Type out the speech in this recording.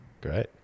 Great